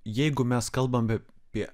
jeigu mes kalbam apie